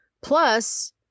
Plus